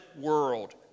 world